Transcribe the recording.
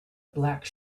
black